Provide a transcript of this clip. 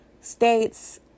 states